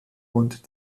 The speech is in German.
und